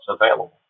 available